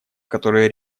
которые